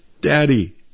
daddy